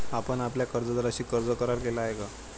आपण आपल्या कर्जदाराशी कर्ज करार केला आहे का?